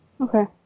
Okay